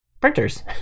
printers